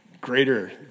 greater